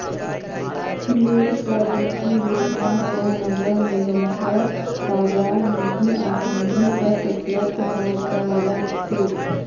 PFDP योजना स नगर निगमक बाजार निधि आसानी स उपलब्ध ह त रह छेक